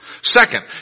Second